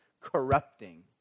corrupting